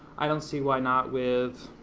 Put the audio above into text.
i don't see why not with,